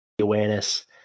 awareness